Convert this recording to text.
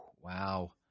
Wow